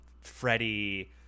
freddie